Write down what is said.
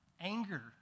Anger